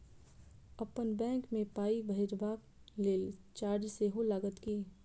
अप्पन बैंक मे पाई भेजबाक लेल चार्ज सेहो लागत की?